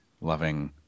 loving